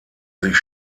sich